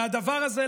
והדבר הזה,